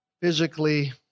physically